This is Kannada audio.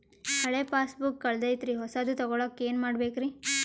ಹಳೆ ಪಾಸ್ಬುಕ್ ಕಲ್ದೈತ್ರಿ ಹೊಸದ ತಗೊಳಕ್ ಏನ್ ಮಾಡ್ಬೇಕರಿ?